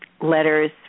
letters